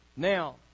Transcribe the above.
Now